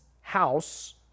House